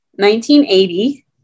1980